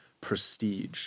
prestige